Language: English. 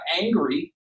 angry